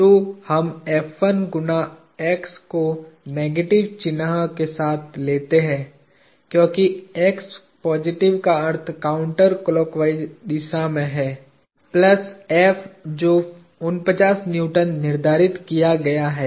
तो हम गुना x को नेगेटिव चिह्न के साथ लेते हैं क्योंकि x पॉजिटिव का अर्थ है काउंटर क्लॉकवाइस दिशा में हैं प्लस जो 49 न्यूटन निर्धारित किया गया है